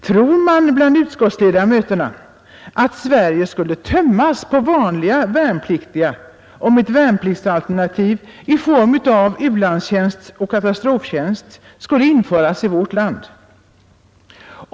Tror man bland utskottsledamöterna att Sverige skulle tömmas på vanliga värnpliktiga, om ett värnpliktsalternativ i form av u-landstjänst och katastroftjänst skulle införas i vårt land?